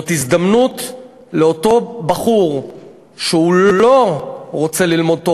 זאת הזדמנות לאותו בחור שלא רוצה ללמוד תורה,